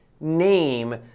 name